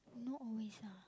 not always ah